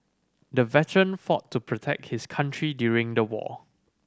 the veteran fought to protect his country during the war